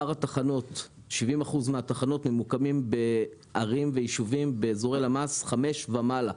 70% מהתחנות ממוקמות בערים ויישובים באזורי למ"ס 5 ומעלה.